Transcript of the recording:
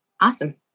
Awesome